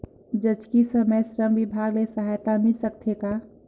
जचकी समय श्रम विभाग ले सहायता मिल सकथे का?